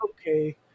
okay